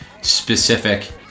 specific